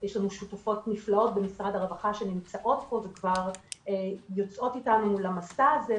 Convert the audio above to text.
יש לנו שותפות נפלאות במשרד הרווחה שנמצאות פה ויוצאות איתנו למסע הזה,